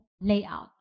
layout